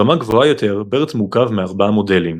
ברמה גבוהה יותר, BERT מורכב מ-4 מודולים